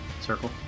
circle